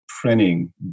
printing